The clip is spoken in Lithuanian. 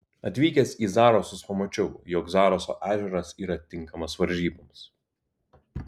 atvykęs į zarasus pamačiau jog zaraso ežeras yra tinkamas varžyboms